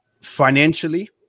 Financially